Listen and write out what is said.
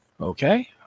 Okay